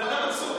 הבן אדם עצור.